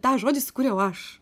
tą žodį sukūriau aš